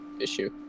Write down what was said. issue